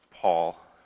Paul